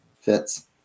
fits